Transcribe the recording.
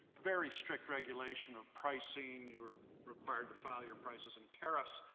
very strict regulation of pricing, you are required to file your prices and tariffs.